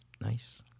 Nice